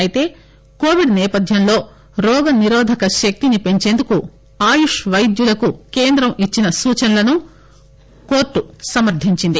అయితే కొవిడ్ నేపథ్యంలో రోగ నిరోధక శక్తిని పెంచేందుకు ఆయుష్ పైద్యులకు కేంద్రం ఇచ్చిన సూచనలను కోర్టు సమర్గించింది